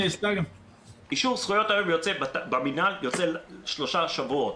אישור זכויות היום יוצא במינהל שלושה שבועות.